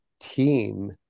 team